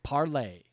Parlay